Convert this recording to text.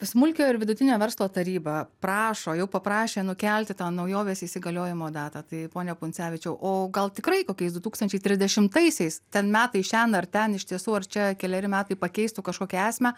smulkiojo ir vidutinio verslo taryba prašo jau paprašė nukelti tą naujovės įsigaliojimo datą tai pone pundzevičiau o gal tikrai kokiais du tūkstančiai trisdešimtaisiais ten metai šen ar ten iš tiesų ar čia keleri metai pakeistų kažkokią esmę